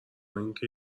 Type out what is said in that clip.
اینکه